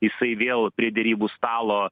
jisai vėl prie derybų stalo